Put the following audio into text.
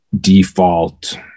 default